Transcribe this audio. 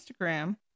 Instagram